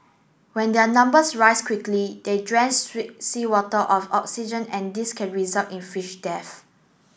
when their numbers rise quickly they drain sweet seawater of oxygen and this can result in fish death